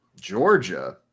Georgia